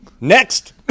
Next